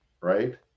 right